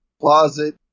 closet